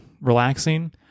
relaxing